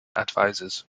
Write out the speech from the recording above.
advisors